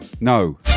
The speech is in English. no